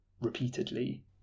repeatedly